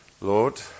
Lord